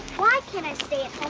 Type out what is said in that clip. why can't i